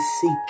seek